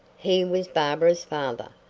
he was barbara's father.